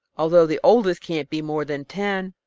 although the oldest can't be more than ten.